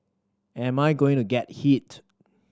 am I going to get hit